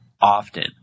often